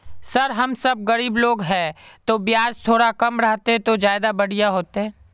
sir हम सब गरीब लोग है तो बियाज थोड़ा कम रहते तो ज्यदा बढ़िया होते